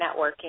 networking